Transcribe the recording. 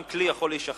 גם כלי יכול להישחק.